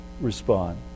respond